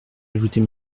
ajouter